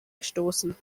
gestoßen